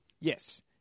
yes